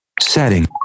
setting